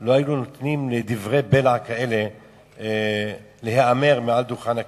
לא היו נותנים לדברי בלע כאלה להיאמר מעל דוכן הכנסת.